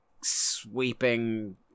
sweeping